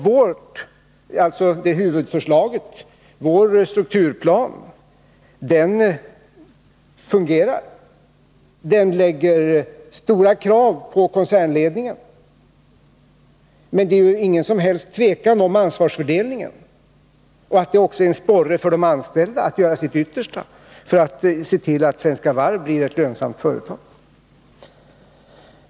Vårt huvudförslag, strukturplanen, fungerar. Den ställer stora krav på koncernledningen, men den ger ingen som helst tvekan om ansvarsfördelningen och den innebär en sporre för de anställda att göra sitt yttersta för att se till att Svenska Varv blir ett lönsamt företag.